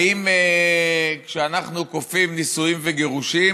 האם כשאנחנו כופים נישואים וגירושים,